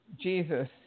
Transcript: Jesus